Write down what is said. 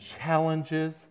challenges